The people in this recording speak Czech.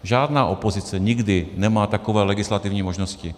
Žádná opozice nikdy nemá takové legislativní možnosti.